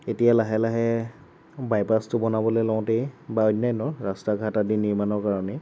এতিয়া লাহে লাহে বাইপাছটো বনাবলৈ লওঁতেই বা অন্যান্য ৰাস্তা ঘাট আদি নিৰ্মাণৰ কাৰণে